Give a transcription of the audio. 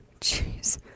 Jeez